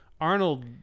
Arnold